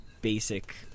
basic